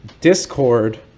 Discord